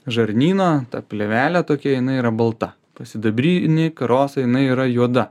žarnyno ta plėvelė tokia jinai yra balta pas sidabrinį karosą jinai yra juoda